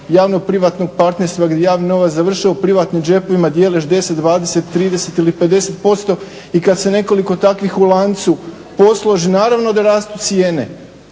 javnog privatnog partnerstva gdje javni novac završava u privatnim džepovima, dijeliš 20, 30 ili 50% i kada se takvih nekoliko u lancu posloži naravno da rastu cijene,